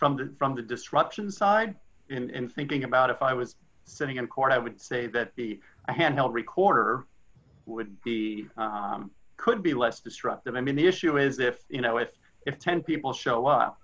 from the from the disruption side and thinking about if i was sitting in court i would say that the handheld recorder would be could be less disruptive i mean the issue is if you know if if ten people show up